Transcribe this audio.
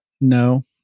no